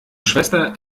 schwester